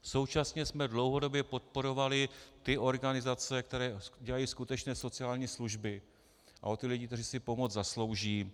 Současně jsme dlouhodobě podporovali ty organizace, které dělají skutečně sociální služby a starají se o ty lidi, kteří si pomoc zaslouží.